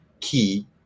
key